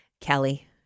Kelly